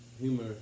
Humor